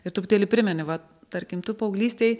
ir truputėlį primeni va tarkim tu paauglystėj